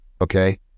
Okay